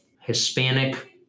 Hispanic